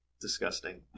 disgusting